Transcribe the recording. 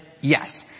Yes